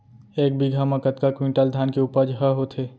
एक बीघा म कतका क्विंटल धान के उपज ह होथे?